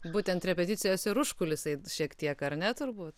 būtent repeticijos ir užkulisiai šiek tiek ar ne turbūt